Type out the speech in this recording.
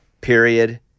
Period